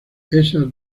esas